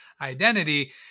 identity